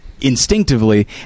instinctively